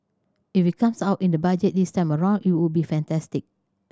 if it comes out in the Budget this time around it would be fantastic